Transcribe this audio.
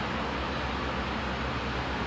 pegang the Ribena punya fruit